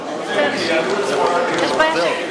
של היום שהם יקבלו סיוע יותר גדול,